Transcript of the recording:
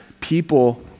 people—